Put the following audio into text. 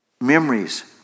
memories